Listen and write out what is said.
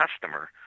customer